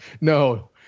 no